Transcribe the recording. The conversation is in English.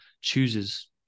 chooses